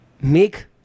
make